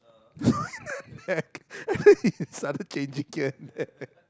what the heck I mean he started changing here and there